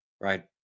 Right